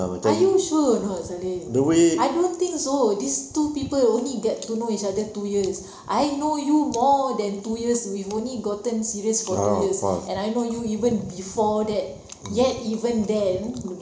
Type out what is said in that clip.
are you sure or not salim I don't think so these two people only get to know each other two years I know you more than two years we've only gotten serious for two years and I know you even before that yet even then